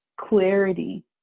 clarity